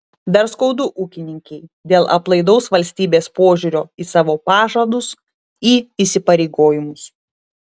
dar skaudu ūkininkei dėl aplaidaus valstybės požiūrio į savo pažadus į įsipareigojimus